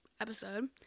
episode